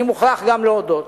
אני מוכרח גם להודות,